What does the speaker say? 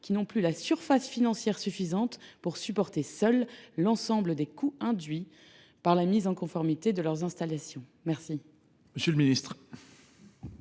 qui n’ont plus la surface financière suffisante pour supporter seuls l’ensemble des coûts induits par la mise en conformité de leurs installations. La